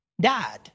died